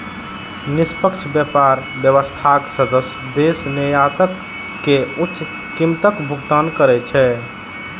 निष्पक्ष व्यापार व्यवस्थाक सदस्य देश निर्यातक कें उच्च कीमतक भुगतान करै छै